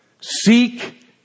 Seek